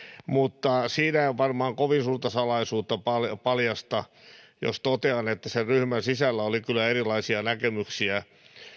mutta siinä en varmaan kovin suurta salaisuutta paljasta jos totean että sen ryhmän sisällä oli kyllä erilaisia näkemyksiä